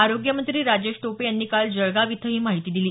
आरोग्य मंत्री राजेश टोपे यांनी काल जळगाव इथं ही माहिती दिली